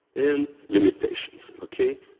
and limitations. okay?